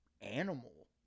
animal